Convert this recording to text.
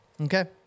Okay